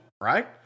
right